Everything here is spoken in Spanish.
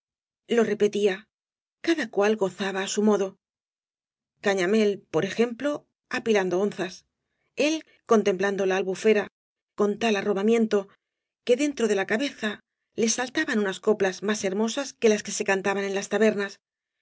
lo repetía cada cual gozaba á bu modo cañamél por ejemplo apilando onzas él contemplando la albufera con tal arrobamiento que dentro de la cabeza le saltaban unas coplas más hermosas que las que se cantaban en las tabernas